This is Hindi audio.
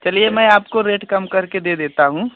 चलिए मैं आपको रेट कम करके दे देता हूँ